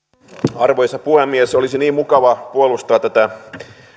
arvoisa puhemies olisi niin mukava puolustaa tätä